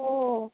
ও